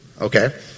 okay